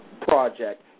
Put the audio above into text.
project